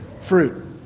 fruit